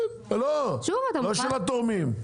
לא, לא של התורמים.